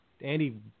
Andy